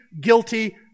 guilty